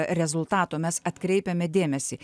rezultato mes atkreipiame dėmesį